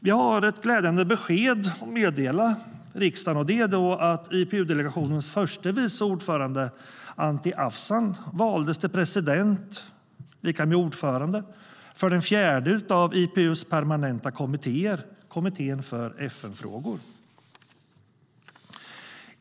Jag har ett glädjande besked att meddela riksdagen, nämligen att IPU-delegationens förste vice ordförande Anti Avsan valdes till president, det vill säga ordförande, för den fjärde av IPU:s permanenta kommittéer - kommittén för FN-frågor.